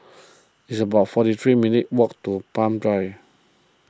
it's about forty three minutes' walk to Palm Drive